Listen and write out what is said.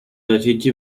desitgi